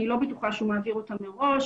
אני לא בטוחה שהוא מעביר אותה מראש.